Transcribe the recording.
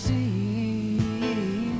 See